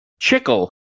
Chickle